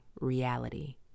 reality